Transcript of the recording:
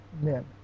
men